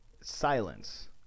silence